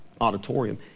auditorium